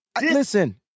listen